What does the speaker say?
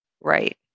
Right